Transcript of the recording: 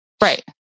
Right